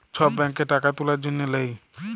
ছব ব্যাংকে টাকা তুলার জ্যনহে লেই